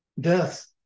Death